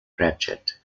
ruptured